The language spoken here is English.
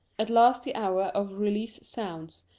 at last the hour of release sounds,